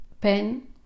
pen